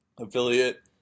affiliate